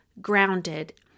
grounded